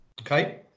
Okay